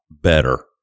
better